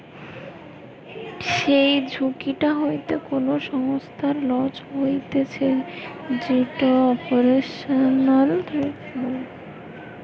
যেই ঝুঁকিটা হইতে কোনো সংস্থার লস হতিছে যেটো অপারেশনাল রিস্ক বলে